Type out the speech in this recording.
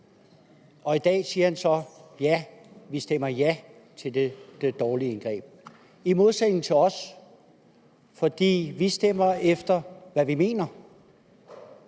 og i dag siger han så, at man stemmer ja til det dårlige indgreb. Det gør man i modsætning til os, for vi stemmer efter, hvad vi mener,